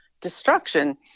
destruction